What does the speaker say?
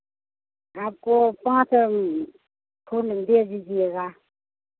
आपको पाँच फूल दे दीजिएगा